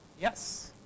Yes